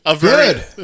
Good